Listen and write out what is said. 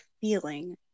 feeling